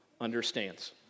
understands